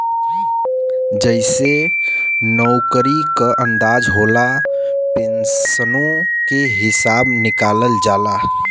जइसे नउकरी क अंदाज होला, पेन्सनो के हिसब निकालल जाला